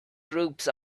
groups